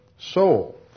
Soul